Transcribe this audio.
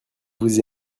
vous